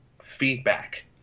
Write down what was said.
feedback